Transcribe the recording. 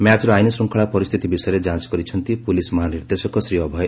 ମ୍ୟାଚ୍ର ଆଇନ୍ଶୃଙ୍ଖଳା ପରିସ୍ତିତି ବିଷୟରେ ଯାଞ କରିଛନ୍ତି ପୁଲିସ ମହାନିର୍ଦ୍ଦେଶକ ଶ୍ରୀ ଅଭୟ